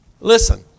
Listen